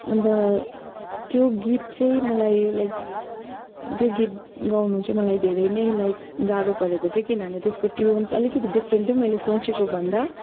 अन्त त्यो गीत चाहिँ मलाई लाइक त्यो गीत गाउनु चाहिँ मलाई धेरै नै लाइक गाह्रो परेको थियो किनभने त्यसको ट्युन चाहि अलिकति डिफरेन्ट थियो मैले सोचेकोभन्दा